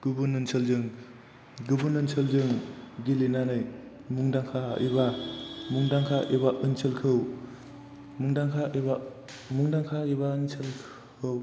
गुबुन ओनसोलजों गेलेनानै मुंदांखा एबा मुंदांखा एबा ओनसोलखौ मुंदांखा एबा